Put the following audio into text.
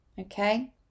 Okay